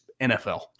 NFL